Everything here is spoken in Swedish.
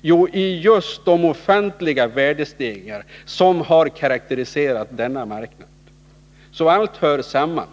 Jo, just i de ofantliga värdestegringar som karakteriserat denna marknad. Så allt hör samman.